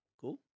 Cool